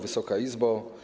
Wysoka Izbo!